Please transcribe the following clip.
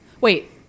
Wait